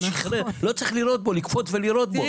לא צריך לקפוץ ולירות בו.